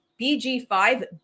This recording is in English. BG5